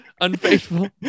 Unfaithful